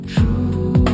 True